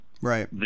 right